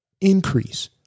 increase